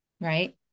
Right